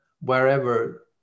wherever